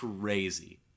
crazy